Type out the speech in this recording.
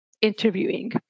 interviewing